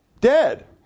Dead